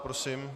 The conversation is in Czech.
Prosím.